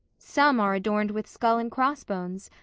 some are adorned with skull and cross-bones,